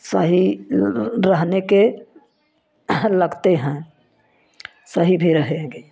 सही रहने के लगते हैं सही भी रहेंगे